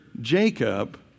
Jacob